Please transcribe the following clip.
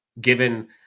Given